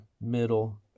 middle